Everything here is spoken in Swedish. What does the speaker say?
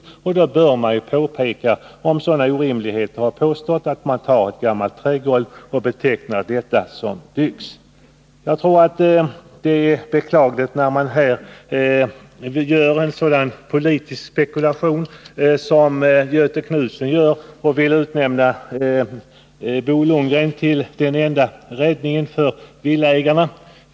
I erinringarna bör man påpeka sådana orimligheter som att ett gammalt trägolv betecknas som lyx. Jag anser att det är beklagligt att man gör en sådan politisk spekulation av detta som Göthe Knutson gör och vill utnämna Bo Lundgren till den enda räddningen för villaägarna.